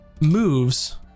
moves